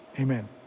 amen